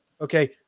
Okay